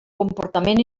comportament